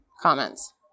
comments